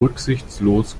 rücksichtslos